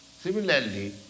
Similarly